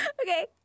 Okay